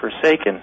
forsaken